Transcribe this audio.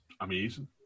amazing